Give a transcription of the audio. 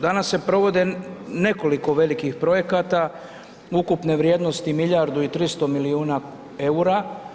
Danas se provode nekoliko velikih projekata ukupne vrijednosti milijardu i 300 milijuna eura.